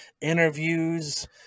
interviews